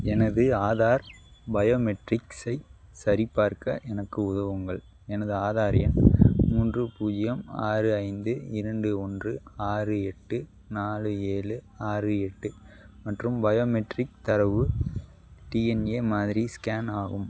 எனது ஆதார் பயோமெட்ரிக்ஸை சரிபார்க்க எனக்கு உதவுங்கள் எனது ஆதார் எண் மூன்று பூஜ்ஜியம் ஆறு ஐந்து இரண்டு ஒன்று ஆறு எட்டு நாலு ஏழு ஆறு எட்டு மற்றும் பயோமெட்ரிக் தரவு டிஎன்ஏ மாதிரி ஸ்கேன் ஆகும்